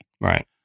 Right